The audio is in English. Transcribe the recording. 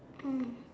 mm